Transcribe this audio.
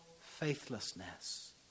faithlessness